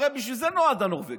הרי בשביל זה נועד הנורבגי.